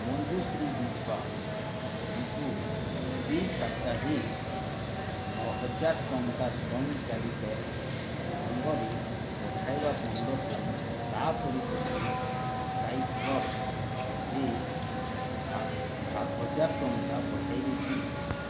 ମଞ୍ଜୁଶ୍ରୀ ବିଶ୍ୱାସଙ୍କୁ ଦ୍ୱି ସାପ୍ତାହି ନଅହଜାର ଟଙ୍କା ସ୍ୱୟଂ ଚାଲିତ ଢଙ୍ଗରେ ପଠାଇବା ବନ୍ଦ କରି ତା ପରିବର୍ତ୍ତେ ସାଇଟ୍ରସରେ ସାତ ସାତହଜାର ଟଙ୍କା ପଠାଇବେ କି